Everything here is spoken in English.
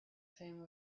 fame